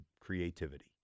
creativity